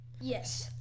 Yes